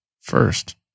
first